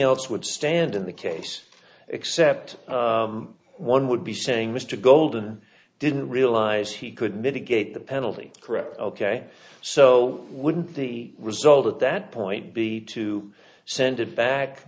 else would stand in the case except one would be saying mr golden didn't realize he could mitigate the penalty correct ok so wouldn't the result at that point be to send it back